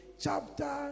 chapter